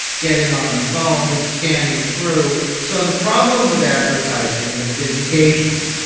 getting on the phone, scanning through. so the problem with advertising has been engagement,